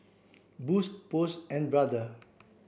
Boost Post and Brother